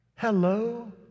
Hello